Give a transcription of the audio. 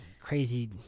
crazy